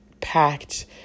packed